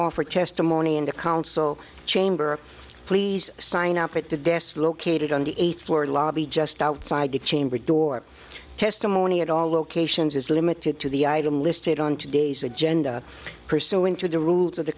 offer testimony in the council chamber please sign up at the desk located on the eighth floor lobby just outside the chamber door testimony at all locations is limited to the item listed on today's agenda pursuant to the rules of the